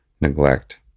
neglect